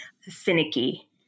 finicky